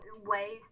ways